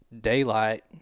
daylight